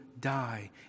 die